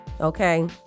Okay